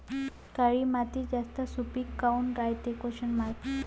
काळी माती जास्त सुपीक काऊन रायते?